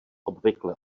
obvykle